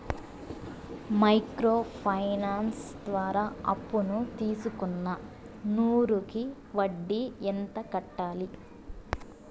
Micro finance ద్వారా అప్పును తీసుకున్న నూరు కి వడ్డీ ఎంత కట్టాలి?